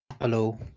Hello